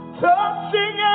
touching